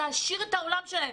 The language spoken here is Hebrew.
להעשיר את העולמות שלהם.